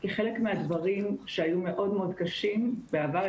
כי חלק מהדברים שהיו מאוד מאוד קשים בעבר,